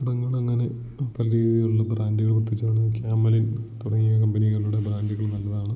പടങ്ങൾ അങ്ങനെ പല രീതിയിലുള്ള ബ്രാൻഡുകൾ ഒത്ത് ചേർന്ന് ക്യാമലിൻ തുടങ്ങിയ കമ്പനികളുടെ ബ്രാൻഡുകൾ നല്ലതാണ്